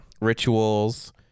Rituals